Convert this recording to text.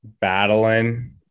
battling